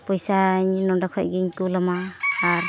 ᱯᱚᱭᱥᱟᱹᱧ ᱱᱚᱸᱰᱮ ᱠᱷᱚᱱᱜᱮᱧ ᱠᱳᱞᱟᱢᱟ ᱟᱨ